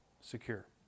secure